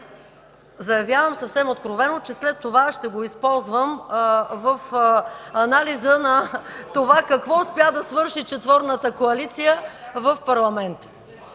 Заявявам съвсем откровено, че след това ще го използвам в анализа на това какво успя да свърши четворната коалиция в парламента.